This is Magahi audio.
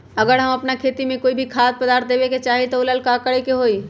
अगर हम अपना खेती में कोइ खाद्य पदार्थ देबे के चाही त वो ला का करे के होई?